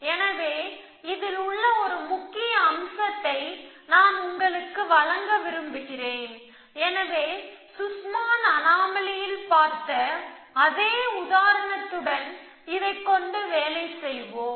எனவே இதில் உள்ள ஒரு முக்கிய அம்சத்தை நான் உங்களுக்கு வழங்க விரும்புகிறேன் எனவே சுஸ்மானின் அனாமலியில் Sussman's anomaly பார்த்த அதே உதாரணத்துடன் இதைக் கொண்டு வேலை செய்வோம்